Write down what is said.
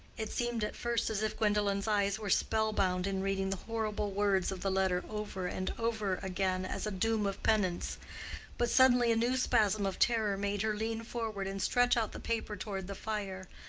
it seemed at first as if gwendolen's eyes were spell-bound in reading the horrible words of the letter over and over again as a doom of penance but suddenly a new spasm of terror made her lean forward and stretch out the paper toward the fire,